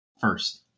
first